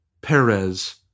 Perez